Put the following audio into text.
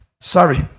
Sorry